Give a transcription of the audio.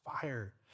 fire